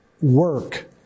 work